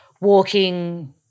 walking